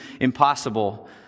impossible